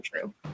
true